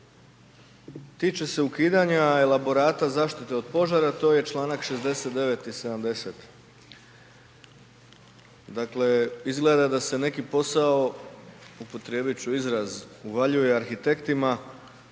tiče se ukidanje elaborata zaštite od požara, to je čl. 69 i 70. Dakle, izgleda da se neki posao, upotrijebit ću izraz uvaljuje arhitektima,